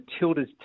Matildas